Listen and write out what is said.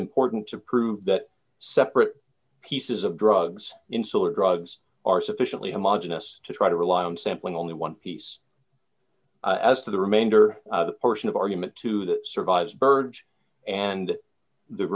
important to prove that separate pieces of drugs insular drugs are sufficiently to modernise to try to rely on sampling only one piece as to the remainder portion of argument two that survives birds and the